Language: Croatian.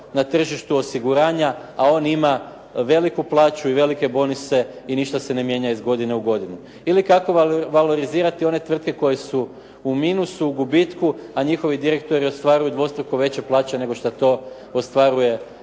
na tržištu osiguranja a on ima veliku plaću i velike bonuse i ništa se ne mijenja iz godine u godinu. Ili, kako valorizirati one tvrtke koje su u minusu, u gubitku a njihovi direktori ostvaruju dvostruko veće plaće nego što to ostvaruje